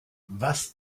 was